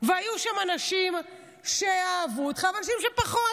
והיו שם אנשים שאהבו אותך ואנשים שפחות,